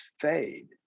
fade